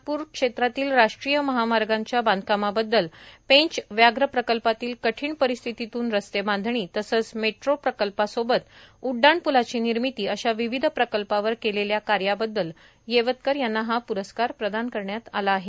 नागप्र क्षेत्रातील राष्ट्रीय महामार्गाच्या बांधकामाबद्दल पेंच व्याघ प्रकल्पातील कठीण परिस्थितीतून रस्तेबांधणी तसेच मेट्रो प्रकल्पासोबत उड्डाणपूलाची निर्मिती अशा विविध प्रकल्पावर केलेल्या कार्याबद्दल येवतकर यांना हा पुरस्कार प्रदान करण्यात आला आहे